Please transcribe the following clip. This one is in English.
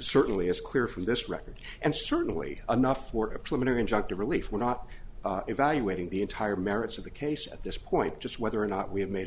certainly is clear from this record and certainly enough workups women are injunctive relief we're not evaluating the entire merits of the case at this point just whether or not we have made a